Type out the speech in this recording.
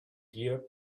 gear